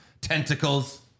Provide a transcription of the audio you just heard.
tentacles